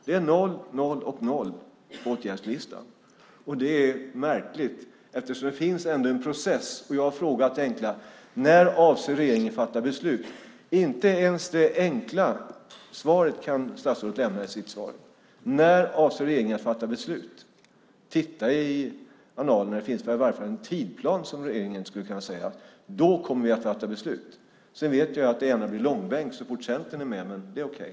Det är noll, noll och noll i åtgärdslistan. Det är märkligt, eftersom det ännu finns en process. Och jag har frågat det enkla: När avser regeringen att fatta beslut? Inte ens ett så enkelt svar kan statsrådet lämna i sitt svar. Det finns väl i alla fall en tidsplan så att regeringen skulle kunna säga när man kommer att fatta beslut. Sedan vet vi ju att det gärna blir långbänk så fort Centern är med, men det är okej.